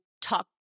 talk